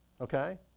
Okay